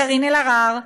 קארין אלהרר,